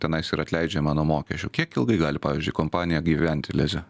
tenais ir atleidžiama nuo mokesčių kiek ilgai gali pavyzdžiui kompanija gyventi leze